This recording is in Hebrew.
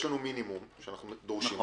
יש לנו מינימום שאנחנו דורשים אותו,